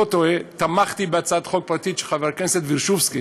המצמצמת את מרחב הפעולה של השלטון המקומי.